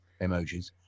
emojis